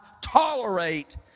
tolerate